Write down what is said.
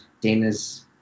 Dana's